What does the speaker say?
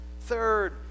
third